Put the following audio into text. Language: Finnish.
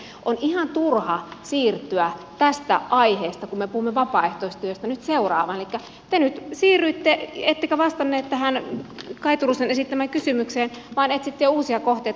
elikkä on ihan turha siirtyä tästä aiheesta kun me puhumme vapaaehtoistyöstä nyt seuraavaan elikkä te nyt siirryitte ettekä vastannut tähän kaj turusen esittämään kysymykseen vaan etsitte uusia kohteita